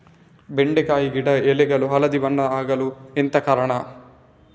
ಬೆಂಡೆಕಾಯಿ ಗಿಡ ಎಲೆಗಳು ಹಳದಿ ಬಣ್ಣದ ಆಗಲು ಎಂತ ಕಾರಣ?